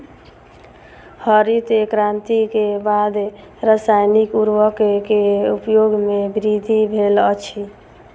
हरित क्रांति के बाद रासायनिक उर्वरक के उपयोग में वृद्धि भेल अछि